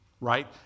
right